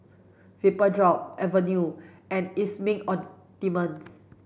Vapodrops Avene and Emulsying Ointment